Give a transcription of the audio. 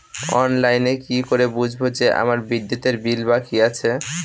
অনলাইনে কি করে বুঝবো যে আমার বিদ্যুতের বিল বাকি আছে?